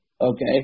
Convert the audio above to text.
okay